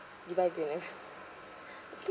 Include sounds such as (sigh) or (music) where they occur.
you buy dinner (laughs)